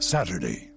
Saturday